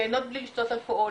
ליהנות בלי לשתות אלכוהול,